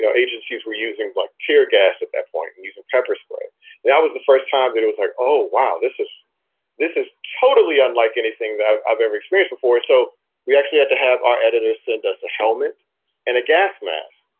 agencies were using black tear gas at that point and using pepper spray. and that was the first time that it was like, oh, wow, this is this is totally unlike anything that i've ever experience before. so we actually had to have our editors send us a helmet and a gas mask.